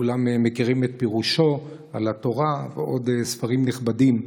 כולם מכירים את פירושו על התורה ועוד ספרים נכבדים.